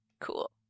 Cool